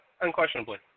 unquestionably